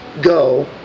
go